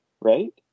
right